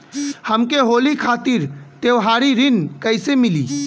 हमके होली खातिर त्योहारी ऋण कइसे मीली?